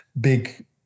big